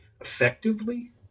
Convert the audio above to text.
effectively